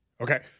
Okay